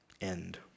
end